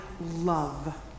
love